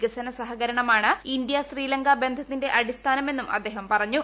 വികസന സഹകരണമാണ് ഇന്ത്യ ശ്രീലങ്ക ബന്ധത്തിന്റെ അടിസ്ഥാനമെന്നും അദ്ദേഹം പറഞ്ഞു